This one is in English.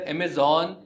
Amazon